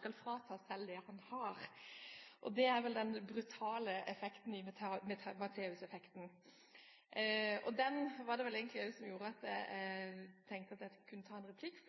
skal fratas selv det han har. Det er vel den brutale effekten i Matteus-effekten, og det var vel også den som gjorde at jeg tenkte at jeg kunne ta en replikk.